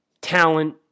talent